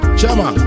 Chama